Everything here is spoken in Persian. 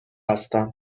هستم